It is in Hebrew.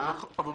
נו, באמת.